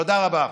תודה רבה.